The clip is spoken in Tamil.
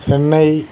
சென்னை